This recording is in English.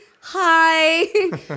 hi